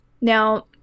Now